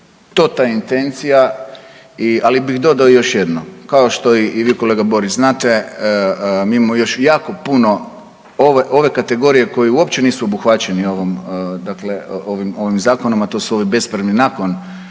je to ta intencija, ali bi dodao još jedno. Kao što i vi kolega Borić znate mi imamo još jako puno ove kategorije koji uopće nisu obuhvaćeni ovim zakonom, a to su ovi bespravni nakon